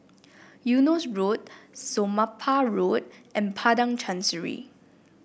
Eunos Road Somapah Road and Padang Chancery